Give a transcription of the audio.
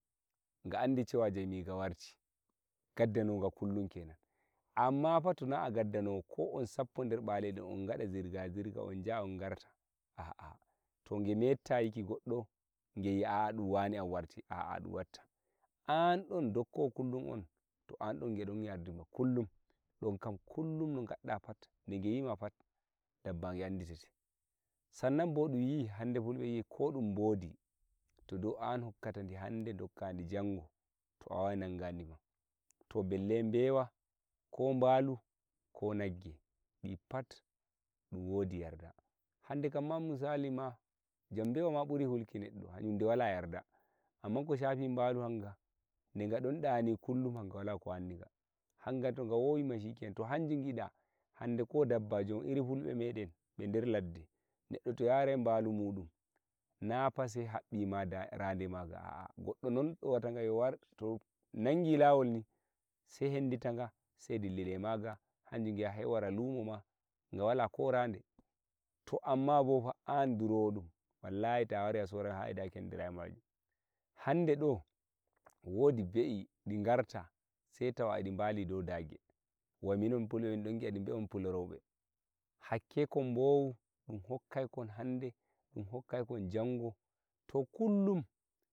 ga andi cewa jomiga warti gaddano waga kullum kenan amma fa to na a gaddano woga ko on sappo nder bade on ngada zirga zirga on jaha on ngarta a'a to ge metta yiki goddo ge yi'a dum wane am warti a'a dum watta am don dokkowo kullum on to a don nge don yerdoma kullum donkam kullum no ngadda pat de ge yima pa dabba anditete san nan bo dun yi'i hande fulbe ko dum bodi to dou an hokkata di hande dokkai di jango to a wawai nangadi ma to belle bewi ko balu ko nagge di pat dum wodi yarda hande kam ma misali ma jon bewa ma buri hulki neddo hayum de wala yarda amman ko shafi balu hanga de ga don dani kullum hanga wala ko wanni ga hanga to ga wowi ma shike nan to hanjum gida hande ko dabba jon irin fulbe meden be nder ladde neddo to yarai balu mudum na fa sai habbi rade maga a'a goddo non do wa ta ga to nangi lawol ni sei hendita ga sei dillida e maga hanjum giya sei wara lumo ma ga wala ko rade to amma bo fu an durowo dum wallahi ta wari a sorai ha kendira e majun hande do wodi be'i di garta sei tawa e di bali dou duge wai minon fulbe min don gi'a di be'on fuloroibe hakke ko bowu dum hokkai kon hande dum hokkai kon njango to kullum